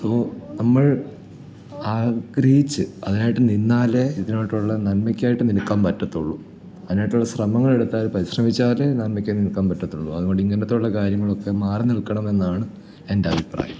so നമ്മൾ ആഗ്രഹിച്ച് അതിനായിട്ട് നിന്നാലേ ഇതിനായിട്ടുള്ള നന്മയ്ക്കായിട്ട് നിൽക്കാൻ പറ്റത്തുള്ളു അതിനായിട്ടുള്ള ശ്രമങ്ങൾ എടുത്താൽ പരിശ്രമിച്ചാലേ നന്മയ്ക്കായി നിൽക്കാൻ പറ്റത്തുള്ളു അതുകൊണ്ട് ഇങ്ങനെയുള്ള കാര്യങ്ങളൊക്കെ മാറിനിൽക്കണമെന്നാണ് എന്റെയഭിപ്രായം